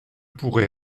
pourrai